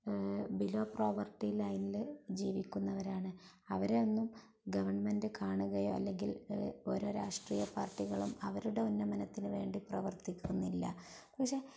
below poverty ലൈനില് ജീവിക്കുന്നവരാണ് അവരെയൊന്നും ഗവണ്മെൻറ്റ് കാണുകയോ അല്ലെങ്കിൽ ഓരോ രാഷ്ട്രീയ പാർട്ടികളും അവരുടെ ഉന്നമനത്തിന് വേണ്ടി പ്രവർത്തിക്കുന്നില്ല എന്നുവച്ചാല്